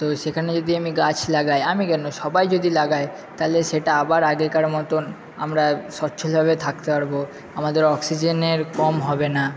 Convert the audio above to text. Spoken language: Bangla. তো সেখানে যদি আমি গাছ লাগাই আমি কেন সবাই যদি লাগায় তাহলে সেটা আবার আগেকার মতন আমরা স্বচ্ছভাবে থাকতে পারব আমাদের অক্সিজেনের কম হবে না